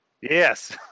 Yes